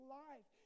life